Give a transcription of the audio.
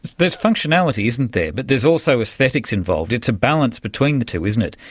there's functionality, isn't there, but there's also aesthetics involved. it's a balance between the two, isn't it,